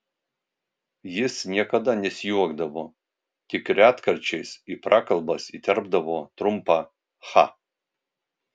jis niekada nesijuokdavo tik retkarčiais į prakalbas įterpdavo trumpą cha